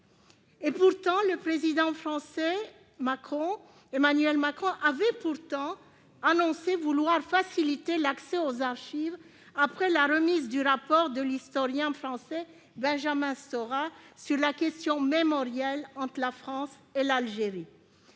! Pourtant, le Président français Emmanuel Macron avait annoncé vouloir faciliter l'accès aux archives, après la remise du rapport de l'historien français Benjamin Stora consacré aux questions mémorielles portant sur